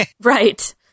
Right